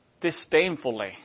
disdainfully